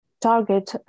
target